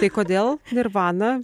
tai kodėl nirvana